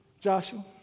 Joshua